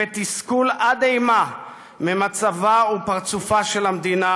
ותסכול עד אימה ממצבה ומפרצופה של המדינה,